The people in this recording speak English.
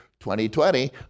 2020